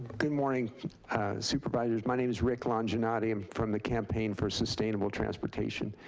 good morning supervisors, my name is rick longinatti. i'm from the campaign for sustainable transportation.